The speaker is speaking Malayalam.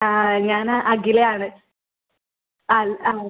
ആ ആ ഞാൻ അഖില ആണ് ആ ആ